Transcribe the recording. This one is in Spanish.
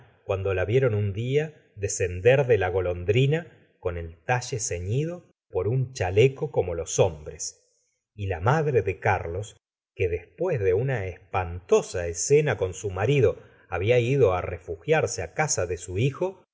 cuando la vieron un día descender de la golondrina con el talle ceñido por nn chaleco como los hombres y la madre de carlos que después de una espantosa escena con su marido babia ido á refugiarse á casa de su hijo